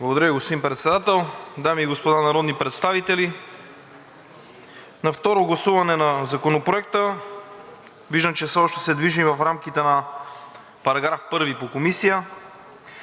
Благодаря Ви, господин Председател. Дами и господа народни представители! На второ гласуване на Законопроекта – виждам, че все още се движим в рамките на § 1 по Комисия.